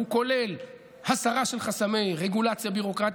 הוא כולל הסרה של חסמי רגולציה וביורוקרטיה,